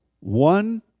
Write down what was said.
One